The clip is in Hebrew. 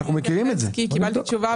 זה תיאור התכנית.